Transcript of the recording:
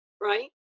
right